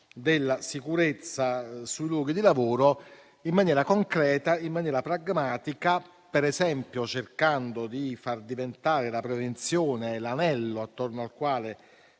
della sicurezza sui luoghi di lavoro, di cui stiamo parlando, in maniera concreta e pragmatica, per esempio cercando di far diventare la prevenzione l'anello attorno al quale